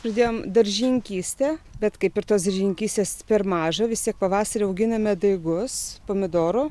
pradėjom daržininkystę bet kaip ir tos daržininkystės per maža vis tiek pavasarį auginame daigus pomidorų